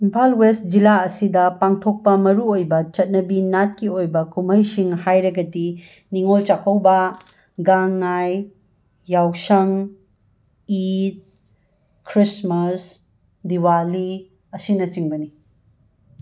Imphal west ꯖꯤꯂꯥ ꯑꯁꯤꯗ ꯄꯥꯡꯊꯣꯛꯄ ꯃꯔꯨ ꯑꯣꯏꯕ ꯆꯠꯅꯕꯤ ꯅꯥꯠꯀꯤ ꯑꯣꯏꯕ ꯀꯨꯝꯍꯩꯁꯤꯡ ꯍꯥꯏꯔꯒꯗꯤ ꯅꯤꯉꯣꯜ ꯆꯥꯀꯧꯕ ꯒꯥꯡ ꯉꯥꯏ ꯌꯥꯎꯁꯪ ꯏꯗ ꯈ꯭ꯔꯤꯁꯃꯥꯁ ꯗꯤꯋꯥꯂꯤ ꯑꯁꯤꯅꯆꯤꯡꯕꯅꯤ